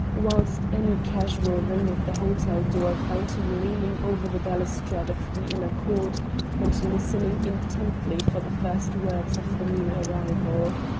whilst any casual ring at the hotel door found him leaning over the balustrade of the inner court and listening intently for the first words of the new arrival.